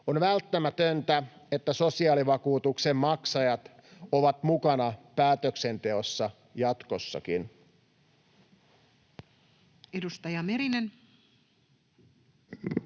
On välttämätöntä, että sosiaalivakuutuksen maksajat ovat mukana päätöksenteossa jatkossakin.